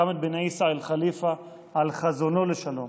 חמד בן עיסא אאל ח'ליפה, על חזונו לשלום.